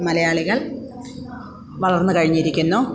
മലയാളികൾ വളർന്നുകഴിഞ്ഞിരിക്കുന്നു